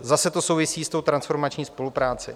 Zase to souvisí s tou transformační spoluprací.